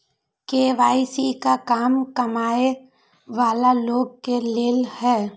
KYC का कम कमाये वाला लोग के लेल है?